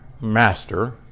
master